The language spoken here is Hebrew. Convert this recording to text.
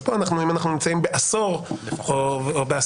אז אם אנחנו נמצאים בעשור לפחות,